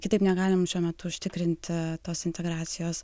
kitaip negalim šiuo metu užtikrinti tos integracijos